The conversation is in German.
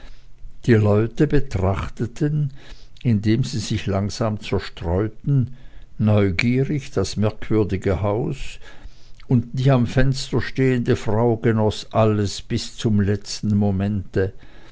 die leute betrachteten indem sie sich langsam zerstreuten neugierig das merkwürdige haus und die am fenster stehende frau genoß alles bis zum letzten momente